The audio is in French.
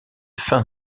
fin